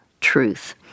truth